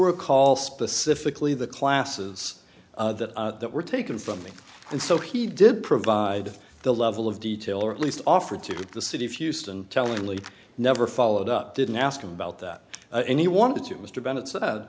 recall specifically the classes that were taken from me and so he did provide the level of detail or at least offer to the city of houston tellingly never followed up didn't ask him about that and he wanted to mr bennett sa